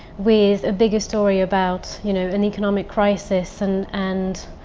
with a bigger story about you know, an economic crisis and. and